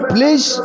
Please